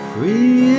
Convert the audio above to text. Free